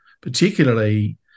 particularly